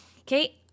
Okay